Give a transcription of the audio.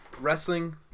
Wrestling